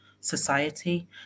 society